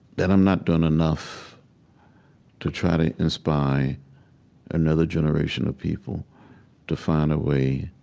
that i'm not doing enough to try to inspire another generation of people to find a way